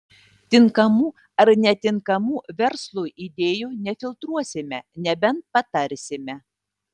tinkamų ar netinkamų verslui idėjų nefiltruosime nebent patarsime